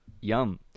Yum